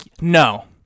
no